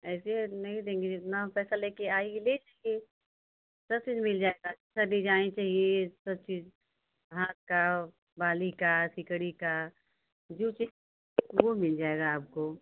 ऐसे नहीं देंगे जितना हो पैसा लेके आइए ले जाइए सब चीज मिल जाएगा अच्छा डिजाइन चाहिए सब चीज हाथ का बाली का सिकड़ी का जो वो मिल जाएगा आपको